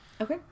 Okay